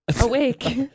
awake